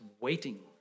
waiting